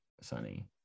Sunny